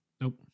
Nope